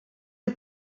are